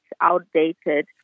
outdated